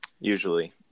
Usually